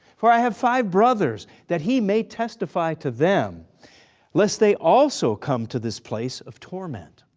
for i have five brothers that he may testify to them lest they also come to this place of torment.